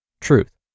Truth